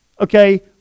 Okay